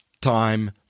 time